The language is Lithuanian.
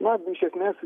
na iš esmės